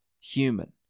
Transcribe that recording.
...human